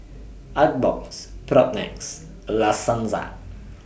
Artbox Propnex La Senza